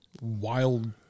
wild